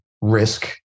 risk